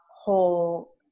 whole